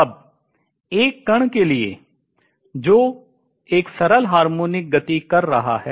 अब एक कण के लिए जो एक सरल हार्मोनिक गति कर रहा है